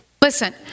listen